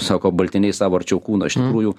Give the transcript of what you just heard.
sako baltiniai savo arčiau kūno iš tikrųjų